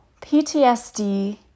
PTSD